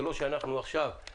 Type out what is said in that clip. זה לא שעכשיו אנחנו